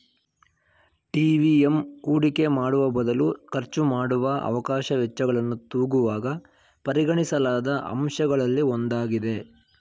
TVM ಹೂಡಿಕೆ ಮಾಡುವಬದಲು ಖರ್ಚುಮಾಡುವ ಅವಕಾಶ ವೆಚ್ಚಗಳನ್ನು ತೂಗುವಾಗ ಪರಿಗಣಿಸಲಾದ ಅಂಶಗಳಲ್ಲಿ ಒಂದಾಗಿದೆ